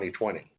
2020